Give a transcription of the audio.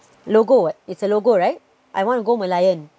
logo what it's a logo right I want to go merlion